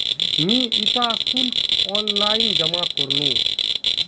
मी इटा शुल्क ऑनलाइन जमा करनु